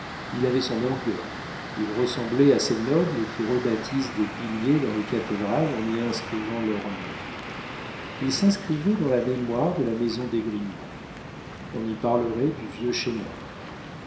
il avait son orgueil il ressemblait à ces nobles qui rebâtissent des piliers dans les cathédrales en y inscrivant leurs noms il s'inscrivait dans la mémoire de la maison d'esgrignon on y parlerait du vieux